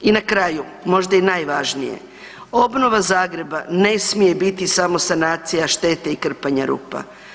I na kraju, možda i najvažnije, obnova Zagreba ne smije biti samo sanacija štete i krpanja rupa.